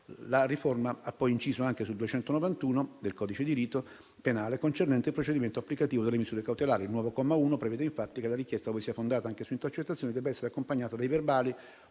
La riforma ha poi inciso anche sull'articolo 291 del codice di diritto penale concernente il procedimento applicativo delle misure cautelari; il nuovo comma 1 prevede, infatti, che la richiesta ove sia fondata anche sulle intercettazioni debba essere accompagnata dai verbali